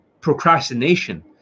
procrastination